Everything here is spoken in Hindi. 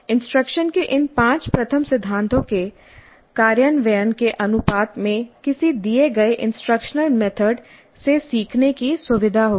इंस्ट्रक्शन के इन पांच प्रथम सिद्धांतों के कार्यान्वयन के अनुपात में किसी दिए गए इंस्ट्रक्शनल मेथड से सीखने की सुविधा होगी